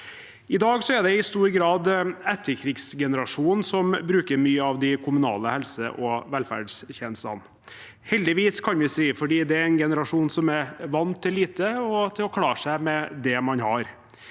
I dag er det i stor grad etterkrigsgenerasjonen som bruker mye av de kommunale helse- og velferdstjenestene – heldigvis, kan vi si, fordi dette er en generasjon som er vant til lite og til å klare seg med det man har.